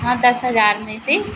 हाँ दस हज़ार में से